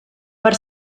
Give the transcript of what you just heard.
per